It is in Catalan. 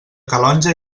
calonge